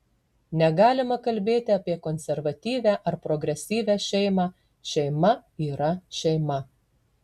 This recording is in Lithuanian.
negalima kalbėti apie konservatyvią ar progresyvią šeimą šeima yra šeima